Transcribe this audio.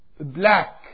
black